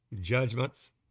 judgments